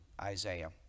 isaiah